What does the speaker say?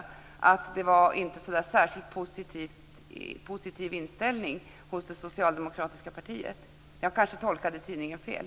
Inställningen verkade inte vara så särskilt positiv hos det socialdemokratiska partiet. Men jag tolkade kanske tidningen fel.